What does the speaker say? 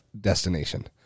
destination